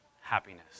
happiness